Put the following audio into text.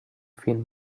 فیلم